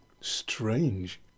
Strange